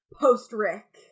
post-Rick